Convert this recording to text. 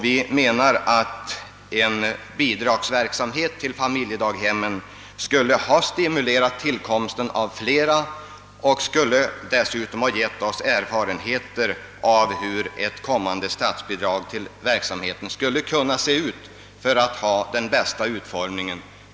Vi menar att bidrag till familjedaghemmen skulle ha stimulerat tillkomsten av flera och att det dessutom skulle ha givit oss erfarenheter av hur ett kommande statsbidrag till verksamheten skulle utformas på bästa sätt.